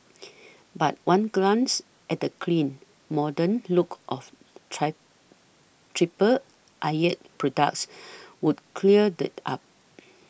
but one glance at the clean modern look of try Triple Eyelid's products would cleared up